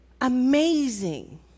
amazing